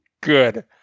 good